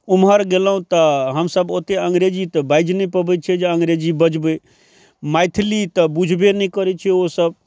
ओम्हर गेलहुँ तऽ हमसभ ओतेक अंग्रेजी तऽ बाजि नहि पबै छियै जे अंग्रेजी बजबै मैथिली तऽ बुझबे नहि करै छै ओसभ